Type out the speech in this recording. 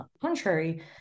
contrary-